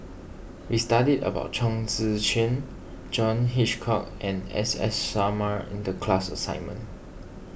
we studied about Chong Tze Chien John Hitchcock and S S Sarma in the class assignment